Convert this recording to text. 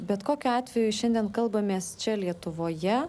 bet kokiu atveju šiandien kalbamės čia lietuvoje